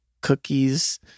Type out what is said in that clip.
cookies